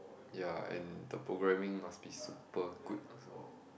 ya and the programming must be super good also